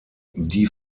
die